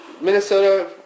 Minnesota